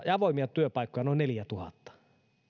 ja avoimia työpaikkoja noin neljätuhatta